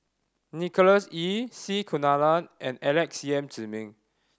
Nicholas Ee C Kunalan and Alex Yam Ziming